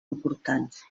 importants